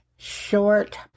Short